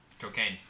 Cocaine